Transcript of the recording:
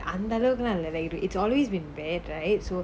அந்த ஆளவுக்குளம் இல்ல:antha aalavukulaam illa it's always been bad right